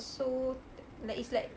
so like it's like